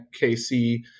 KC